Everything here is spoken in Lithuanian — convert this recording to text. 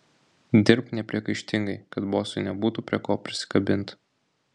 dirbk nepriekaištingai kad bosui nebūtų prie ko prisikabint